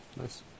Nice